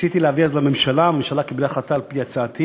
ניסיתי להביא אז לממשלה, הממשלה קיבלה על-פי הצעתי